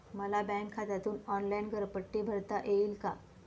मला बँक खात्यातून ऑनलाइन घरपट्टी भरता येईल का?